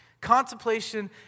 Contemplation